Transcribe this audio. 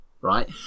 right